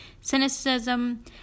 cynicism